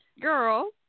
girl